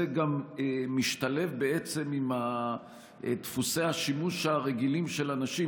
הוא גם משתלב עם דפוסי השימוש הרגילים של אנשים,